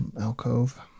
Alcove